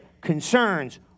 concerns